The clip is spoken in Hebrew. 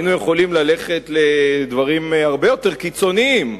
היינו יכולים ללכת לדברים הרבה יותר קיצוניים.